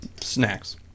Snacks